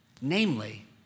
Namely